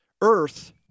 Earth